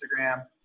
Instagram